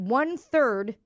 one-third